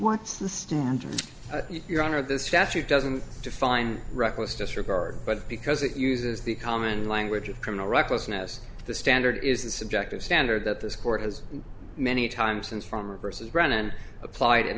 what's the standard your honor the statute doesn't define reckless disregard but because it uses the common language of criminal recklessness the standard is the subjective standard that this court has many time since farmer versus brennan applied in